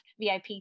VIP